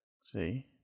see